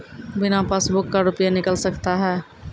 बिना पासबुक का रुपये निकल सकता हैं?